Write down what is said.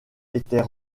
était